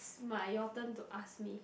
smart your turn to ask me